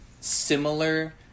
similar